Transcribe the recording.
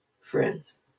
Friends